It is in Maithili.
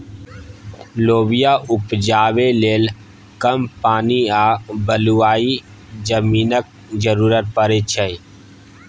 लोबिया उपजाबै लेल कम पानि आ बलुआही जमीनक जरुरत परै छै